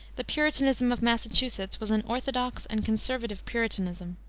the puritanism of massachusetts was an orthodox and conservative puritanism.